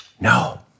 No